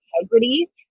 integrity